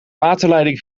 waterleiding